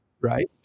right